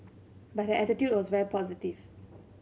but her attitude was very positive